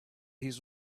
his